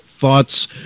thoughts